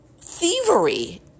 thievery